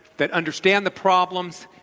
that understand the problems,